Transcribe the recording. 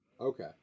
Okay